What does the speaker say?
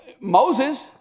Moses